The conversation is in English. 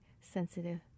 sensitive